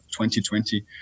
2020